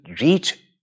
reach